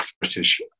British